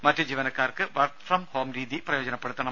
മറ്റു ജീവനക്കാർക്ക് work from home രീതി പ്രയോജനപ്പെടുത്തണം